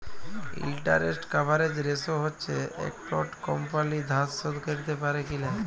interest coverage ratio হচ্যে একট কমপালি ধার শোধ ক্যরতে প্যারে কি লায়